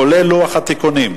כולל לוח התיקונים.